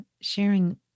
sharing